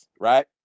right